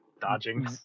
dodging